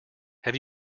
have